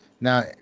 Now